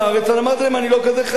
אמרתי להם: אני לא כזה חרדי,